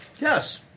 Yes